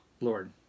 Lord